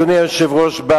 אדוני היושב-ראש,